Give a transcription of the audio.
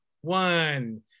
one